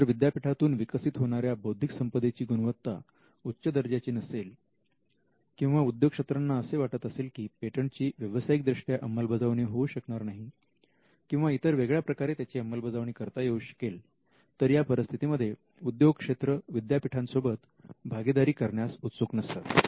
जर विद्यापीठातून विकसित होणाऱ्या बौद्धिक संपदेची गुणवत्ता उच्च दर्जाची नसेल किंवा उद्योगक्षेत्रांना असे वाटत असेल की पेटंटची व्यावसायिकदृष्ट्या अंमलबजावणी होऊ शकणार नाही किंवा इतर वेगळ्या प्रकारे त्याची अंमलबजावणी करता येऊ शकेल तर या परिस्थितीमध्ये उद्योगक्षेत्र विद्यापीठांसोबत भागीदारी करण्यास उत्सुक नसतात